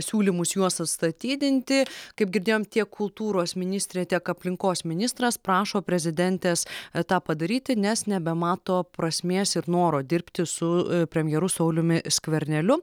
siūlymus juos atstatydinti kaip girdėjom tiek kultūros ministrė tiek aplinkos ministras prašo prezidentės tą padaryti nes nebemato prasmės ir noro dirbti su premjeru sauliumi skverneliu